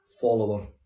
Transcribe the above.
follower